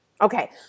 Okay